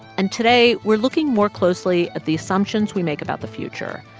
and today, we're looking more closely at the assumptions we make about the future.